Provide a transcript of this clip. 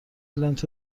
لنت